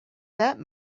that